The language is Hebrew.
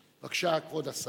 בבקשה, כבוד השר.